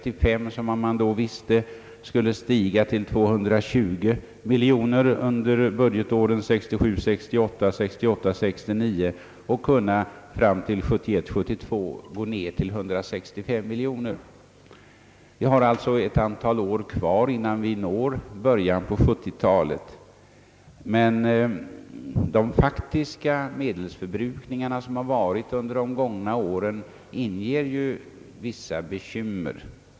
Investeringarna skulle stiga till 220 miljoner under budgetåret 1967 69 för att 1971/72 minska till 165 miljoner kronor. Vi har ett antal år kvar innan vi når början på 1970-talet, men den faktiska medelsförbrukningen under de gångna åren inger vissa bekymmer.